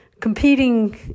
competing